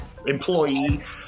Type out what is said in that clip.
employees